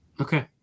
Okay